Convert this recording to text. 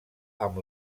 amb